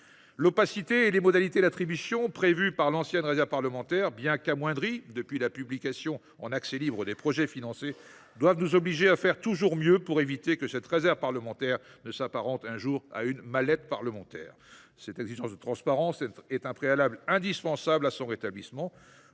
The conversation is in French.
L’opacité et les modalités d’attribution prévues par l’ancienne réserve parlementaire, bien qu’amoindrie depuis la publication en accès libre des projets financés, nous obligent à tout faire pour éviter que cette réserve parlementaire ne s’apparente un jour à une « mallette parlementaire ». Cette exigence de transparence est un préalable à son rétablissement.